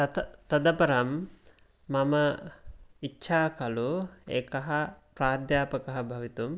तत् ततःपरं मम इच्छा खलु एकः प्राध्यापकः भवितुम्